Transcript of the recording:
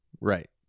Right